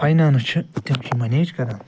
finance چھِ تِم چھِ یہِ منیج کَران